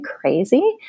crazy